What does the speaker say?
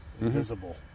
invisible